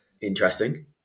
Interesting